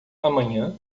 amanhã